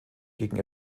gegen